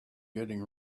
getting